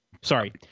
Sorry